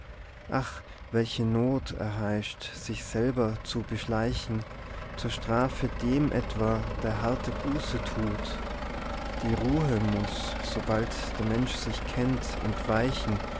welche not erheischt sich selber zu beschleichen zur strafe dem etwa der harte buße tut die ruhe muß sobald der mensch sich kennt entweichen